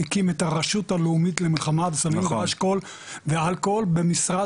הקים את הרשות הלאומית למלחמה בסמים ואלכוהול במשרד